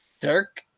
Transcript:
Dirk